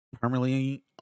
permanently